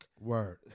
Word